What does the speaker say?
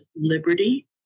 liberty